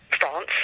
France